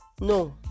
No